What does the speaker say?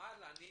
אבל אני